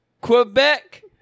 Quebec